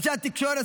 אנשי התקשורת,